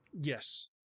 Yes